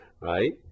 right